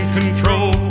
control